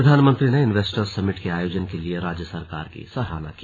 प्रधानमंत्री ने investors summit के आयोजन के लिए राज्य सरकार की सराहना की